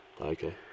Okay